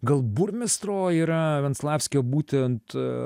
gal burmistro yra venslavskio būtent